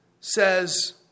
says